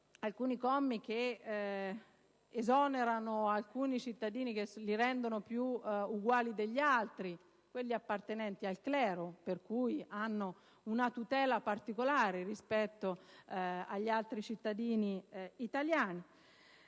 altri commi che esonerano alcuni cittadini che si rendono più uguali degli altri, quelli appartenenti al clero, che godono di una tutela particolare rispetto agli altri cittadini italiani.